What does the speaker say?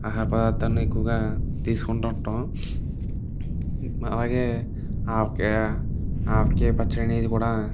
ఆహార పదార్ధాలని ఎక్కువగా తీసుకుంటు ఉంటాం అలాగే ఆవకాయ ఆవకాయ పచ్చడి అనేది కూడా